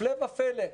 הפלא ופלא,